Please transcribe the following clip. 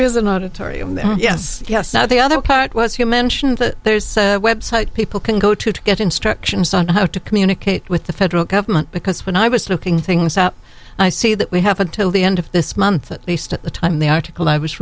motive yes yes now the other part was you mentioned that there's so website people can go to to get instructions on how to communicate with the federal government because when i was looking things up i see that we have until the end of this month at least at the time the article i was